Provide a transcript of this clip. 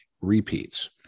Repeats